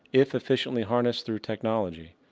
if efficiently harnessed through technology,